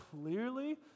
clearly